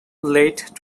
late